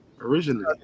originally